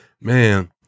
man